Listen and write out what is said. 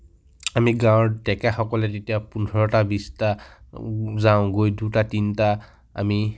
আমি গাঁৱৰ ডেকাসকলে তেতিয়া পোন্ধৰটা বিছটা যাওঁ গৈ দুটা তিনিটা আমি